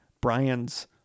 Brian's